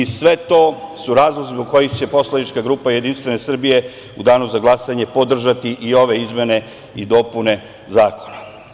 Sve to su razlozi zbog kojih će poslanička grupa Jedinstvene Srbije u danu za glasanje podržati i ove izmene i dopune zakona.